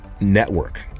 network